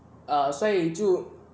err 所以就